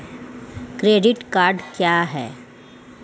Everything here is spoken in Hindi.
क्रेडिट कार्ड क्या है?